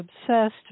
obsessed